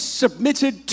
submitted